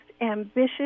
ambitious